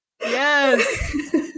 yes